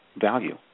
value